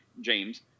James